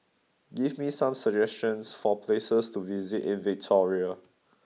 give me some suggestions for places to visit in Victoria